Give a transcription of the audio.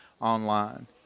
online